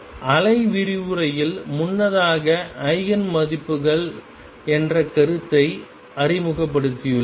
அலை விரிவுரையில் முன்னதாக ஈஜென் மதிப்புகள் என்ற கருத்தை அறிமுகப்படுத்தியுள்ளேன்